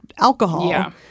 alcohol